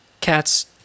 cats